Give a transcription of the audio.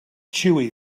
chewy